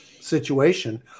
situation